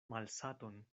malsaton